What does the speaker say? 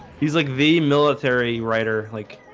he's like the military writer like